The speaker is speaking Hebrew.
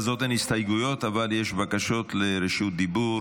אין הסתייגויות, אבל יש בקשות רשות דיבור.